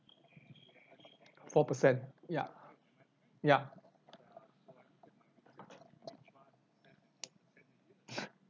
four percent ya ya